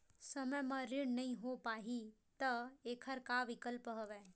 समय म ऋण नइ हो पाहि त एखर का विकल्प हवय?